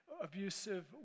abusive